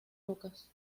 lucas